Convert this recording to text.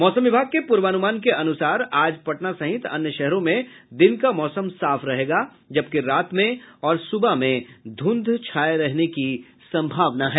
मौसम विभाग के पूर्वानुमान के अनुसार आज पटना सहित अन्य शहरों में दिन का मौसम साफ रहेगा जबकि रात में और सुबह में धुंध छाये रहने की सम्भावना है